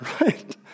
right